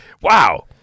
Wow